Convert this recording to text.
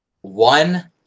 One